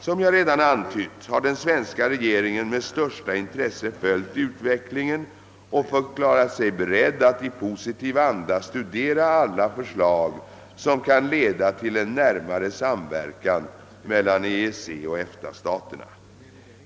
Som jag redan antytt har den svenska regeringen med största intresse följt utvecklingen och förklarat sig beredd att i positiv anda studera alla förslag som kan leda till en närmare samverkan mellan EEC och EFTA-staterna.